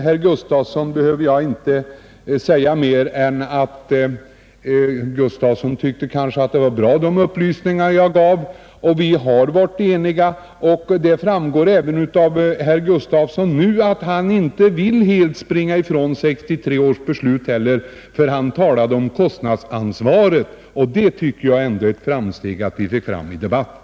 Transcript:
Herr Gustafson i Göteborg tyckte kanske att de upplysningar jag lämnade var bra. Vi har tidigare varit ense, och det framgick av vad herr Gustafson nyss sade att han inte helt vill springa ifrån 1963 års beslut. Han talade nämligen .in kostnadsansvaret. Att vi nu har fått in det i debatten tycker jag ändå är ett framsteg.